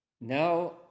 Now